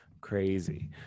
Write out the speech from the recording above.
crazy